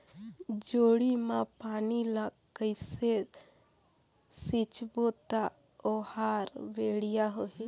जोणी मा पानी ला कइसे सिंचबो ता ओहार बेडिया होही?